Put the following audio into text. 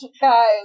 guys